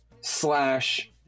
slash